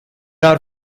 are